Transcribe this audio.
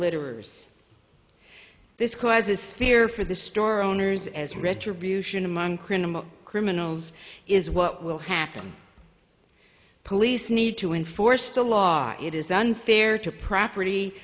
litterers this causes fear for the store owners as retribution among criminal criminals is what will happen police need to enforce the law it is unfair to property